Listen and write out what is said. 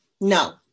No